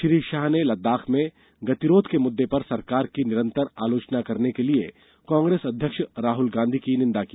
श्री शाह ने लद्दाख में गतिरोध के मुद्दे पर सरकार की निरन्तर आलोचना करने के लिए कांग्रेस अध्यक्ष राहुल गांधी की निंदा की